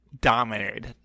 dominated